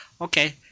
Okay